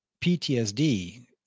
PTSD